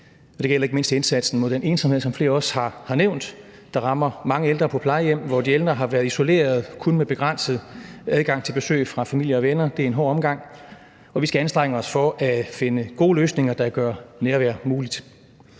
Det gælder ikke mindst i indsatsen mod den ensomhed, som flere også har nævnt, der rammer mange ældre på plejehjem, hvor de ældre har været isoleret med kun begrænset adgang til besøg fra familie og venner. Det er en hård omgang, og vi skal anstrenge os for at finde gode løsninger, der gør nærvær muligt.